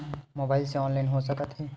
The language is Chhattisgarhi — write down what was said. मोबाइल से ऑनलाइन हो सकत हे?